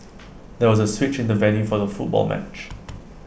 there was A switch in the venue for the football match